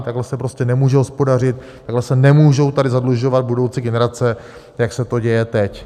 Takhle se prostě nemůže hospodařit, takhle se nemůžou tady zadlužovat budoucí generace, jak se to děje teď.